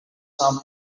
some